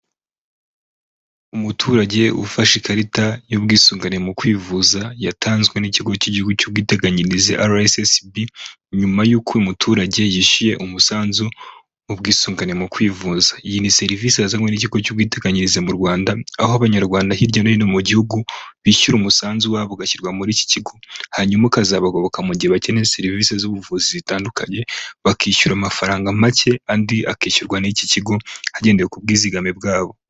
Umuturage ufashe ikarita y'ubwisungane mu kwivuza yatanzwe n'ikigo cy'igihugu cy'ubwiteganyirize RSSB, nyuma y'uko uyu muturage yishyuye umusanzu w'ubwisungane mu kwivuza. Iyi ni serivisi yazanwe n'ikigo cy'ubwiteganyirize mu Rwanda, aho abanyarwanda hirya no hino mu gihugu bishyura umusanzu wabo ugashyirwa muri iki kigo, hanyuma ukazabagoboka mu gihe bakeneye serivisi z'ubuvuzi zitandukanye bakishyura amafaranga macye, andi akishyurwa n'iki kigo hagendewe ku bwizigame bwabo.